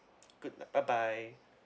good bye bye